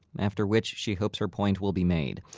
after which she hopes her point will be made.